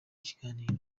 kiganiro